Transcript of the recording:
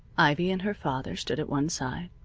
ivy and her father stood at one side,